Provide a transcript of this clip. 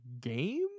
game